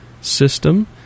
system